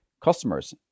customers